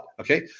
okay